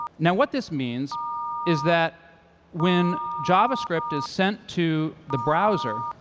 now what this means is that when javascript is sent to the browser,